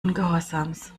ungehorsams